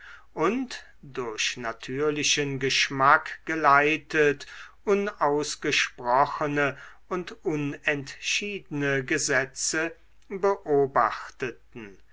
und durch natürlichen geschmack geleitet unausgesprochene und unentschiedene gesetze beobachteten